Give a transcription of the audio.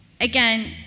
Again